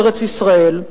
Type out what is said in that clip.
ארץ-ישראל.